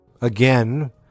again